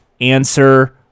answer